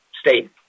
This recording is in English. state